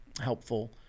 helpful